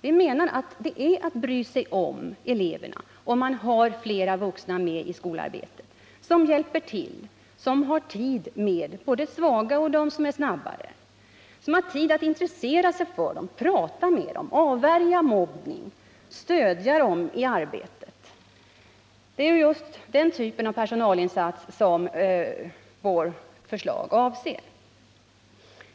Vi menar att det är att bry sig om eleverna om man har fler vuxna med i skolarbetet, som hjälper till, som har tid med både svaga och dem som är snabbare, som har tid att intressera sig för eleverna, prata med dem, avvärja mobbning, stödja dem i arbetet. Det är just den typen av personalinsats som vårt förslag avser.